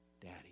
Daddy